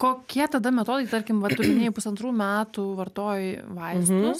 kokie tada metodai tarkim vat tu minėjai pusantrų metų vartojai vaistus